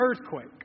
earthquake